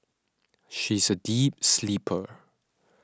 she is a deep sleeper